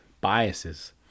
biases